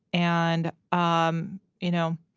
and, um you know,